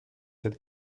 cette